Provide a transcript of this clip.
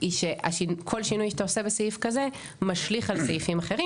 היא שכל שינוי שאתה עושה בסעיף אחר משליך על סעיפים אחרים